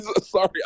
Sorry